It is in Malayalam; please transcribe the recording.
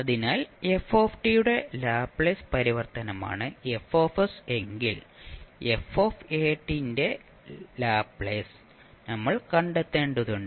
അതിനാൽ f യുടെ ലാപ്ലേസ് പരിവർത്തനമാണ് F എങ്കിൽ f ന്റെ ലാപ്ലേസ് നമ്മൾ കണ്ടെത്തേണ്ടതുണ്ട്